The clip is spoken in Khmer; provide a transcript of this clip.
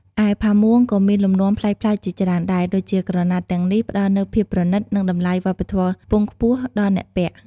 ឯផាមួងក៏មានលំនាំប្លែកៗជាច្រើនដែរ ដូចជាក្រណាត់ទាំងនេះផ្តល់នូវភាពប្រណិត និងតម្លៃវប្បធម៌ខ្ពងខ្ពស់ដល់អ្នកពាក់ ។